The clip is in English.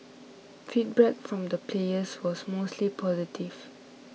feedback from the players was mostly positive